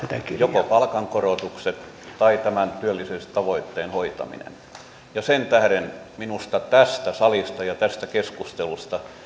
joko palkankorotukset tai tämän työllisyystavoitteen hoitaminen ja sen tähden minusta tästä salista ja tästä keskustelusta